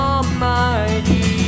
Almighty